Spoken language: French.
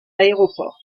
aéroport